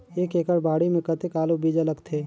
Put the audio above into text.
एक एकड़ बाड़ी मे कतेक आलू बीजा लगथे?